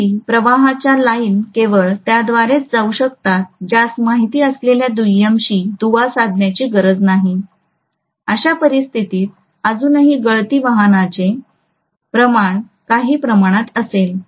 तरीही प्रवाहाच्या लाइन केवळ त्याद्वारेच जाऊ शकतात ज्यास माहित असलेल्या दुय्यमशी दुवा साधण्याची गरज नाही अशा परिस्थितीत अजूनही गळती वाहण्याचे प्रमाण काही प्रमाणात असेल